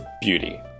beauty